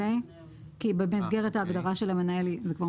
כי זה כבר מופיע במסגרת ההגדרה של המנהל.